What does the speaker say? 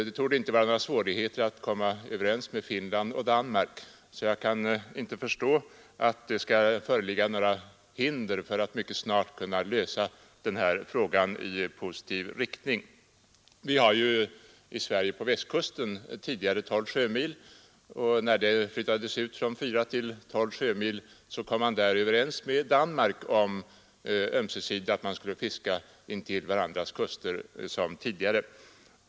Det torde inte vara några svårigheter att komma överens med Finland och Danmark, och jag kan inte förstå att det skall föreligga några hinder för att mycket snart lösa denna fråga i positiv riktning. Vi har ju i Sverige på Västkusten tidigare en gräns vid 12 sjömil. gränsen flyttades ut från 4 till 12 sjömil, kom man där ömsesidigt överens med Danmark att man skulle fiska intill varandras kuster som tidigare.